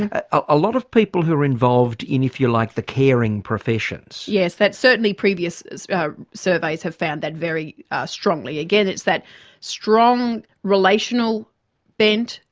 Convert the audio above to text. ah a lot of people who are involved in, if you like, the caring professions? yes, that's certainly, previous surveys have found that very strongly. again it's that strong relational bent,